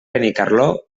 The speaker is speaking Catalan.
benicarló